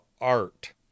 art